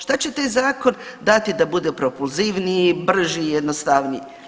Šta će taj zakon dati da bude propulzivniji, brži, jednostavniji?